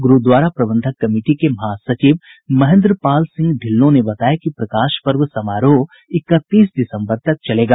ग्रूद्वारा प्रबंधक कमिटी के महासचिव महेंद्र पाल सिंह ढिल्लों ने बताया कि प्रकाश पर्व समारोह इकतीस दिसंबर तक चलेगा